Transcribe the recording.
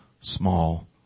small